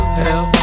hell